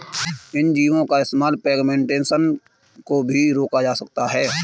इन बीजो का इस्तेमाल पिग्मेंटेशन को भी रोका जा सकता है